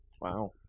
Wow